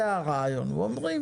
זה הרעיון, אומרים